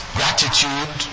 gratitude